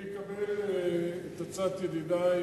אני אקבל את הצעת ידידי,